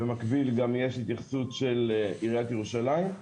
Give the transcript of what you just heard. במקביל יש גם התייחסות של עיריית ירושלים,